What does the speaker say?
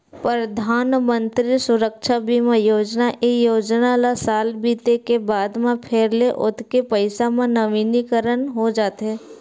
परधानमंतरी सुरक्छा बीमा योजना, ए योजना ल साल बीते के बाद म फेर ले ओतके पइसा म नवीनीकरन हो जाथे